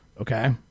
okay